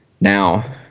Now